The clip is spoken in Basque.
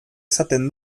izaten